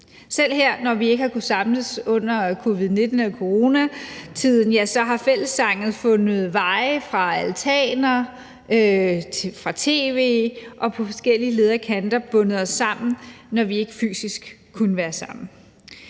Selv her, hvor vi ikke har kunnet samles under coronatiden, har fællessangen jo fundet vej fra altaner og fra tv og på forskellige leder og kanter bundet os sammen, når vi ikke fysisk har kunnet være sammen.